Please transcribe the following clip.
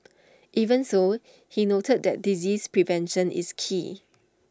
even so he noted that disease prevention is key